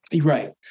Right